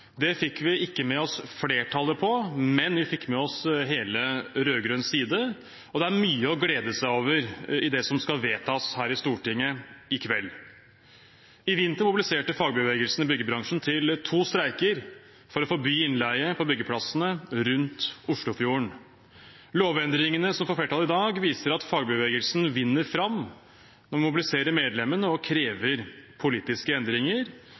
Det fikk vi ikke med oss flertallet på, men vi fikk med oss hele rød-grønn side, og det er mye å glede seg over i det som skal vedtas her i Stortinget i kveld. I vinter mobiliserte fagbevegelsen i byggebransjen til to streiker for å forby innleie på byggeplassene rundt Oslofjorden. Lovendringene som får flertall i dag, viser at fagbevegelsen vinner fram når den mobiliserer medlemmene og krever politiske endringer.